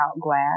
glass